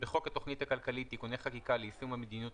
תיקון חוק התוכנית הכלכלית (תיקוני חקיקה ליישום המדיניות